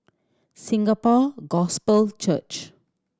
Singapore Gospel Church